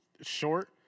short